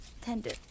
tender